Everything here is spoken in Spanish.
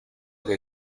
que